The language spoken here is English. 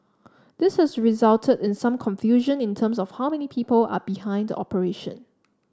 this has resulted in some confusion in terms of how many people are behind the operation